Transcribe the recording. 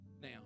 Now